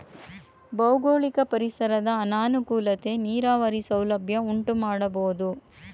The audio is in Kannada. ಭೌಗೋಳಿಕ ಪರಿಸರದ ಅನಾನುಕೂಲತೆ ನೀರಾವರಿ ಸೌಲಭ್ಯ ಉಂಟುಮಾಡಬೋದು